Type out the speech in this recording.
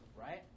right